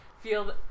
feel